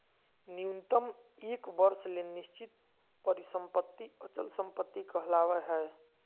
न्यूनतम एक वर्ष ले निश्चित परिसम्पत्ति अचल संपत्ति कहलावय हय